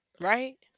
Right